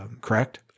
correct